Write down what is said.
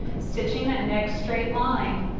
stitching that next straight line.